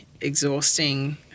exhausting